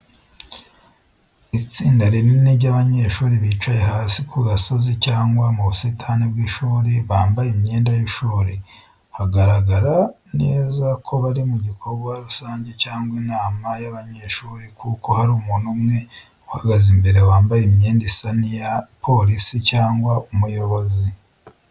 Itsinda rinini ry’abanyeshuri bicaye hasi ku gasozi cyangwa mu busitani bw’ishuri bambaye imyenda y’ishuri. Hagaragara neza ko bari mu gikorwa rusange cyangwa inama y’abanyeshuri kuko hari umuntu umwe uhagaze imbere wambaye imyenda isa n’iya polisi cyangwa umuyobozi.